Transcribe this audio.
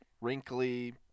wrinkly